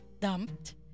dumped